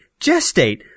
Gestate